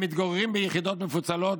הם מתגוררים ביחידות מפוצלות,